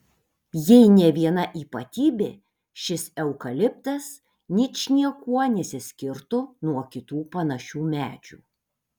jei ne viena ypatybė šis eukaliptas ničniekuo nesiskirtų nuo kitų panašių medžių